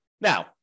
Now